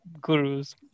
gurus